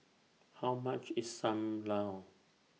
How much IS SAM Lau